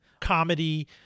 comedy